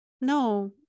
No